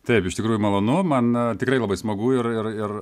taip iš tikrųjų malonu man tikrai labai smagu ir ir ir